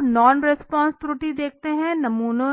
और अब non response त्रुटि देखते हैं नमूने